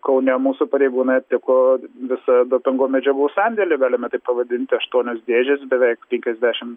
kaune mūsų pareigūnai aptiko visą dopingo medžiagų sandėlį galima taip pavadinti aštuonios dėžės beveik penkiasdešimt